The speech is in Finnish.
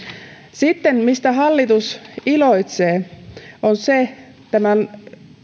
sitten se mistä hallitus iloitsee tämän